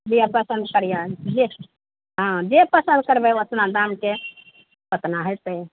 लिअ पसन्द करियनि जे हाँ जे पसन्द करबय ओतना दामके ओतना हेतय